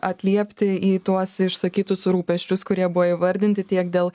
atliepti į tuos išsakytus rūpesčius kurie buvo įvardinti tiek dėl